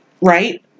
Right